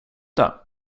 det